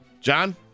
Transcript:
John